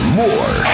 more